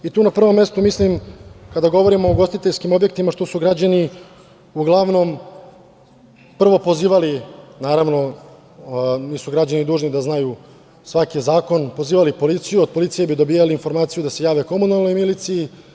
Na prvom mestu mislim, kada govorimo o ugostiteljskim objektima, što su građani uglavnom prvo pozivali, naravno, nisu građani dužni da znaju svaki zakon, pozivali policiju, od policije bi dobijali informaciju da se jave komunalnoj miliciji.